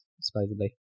supposedly